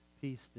peace